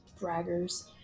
Braggers